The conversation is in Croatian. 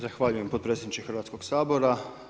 Zahvaljujem potpredsjedniče Hrvatskog sabora.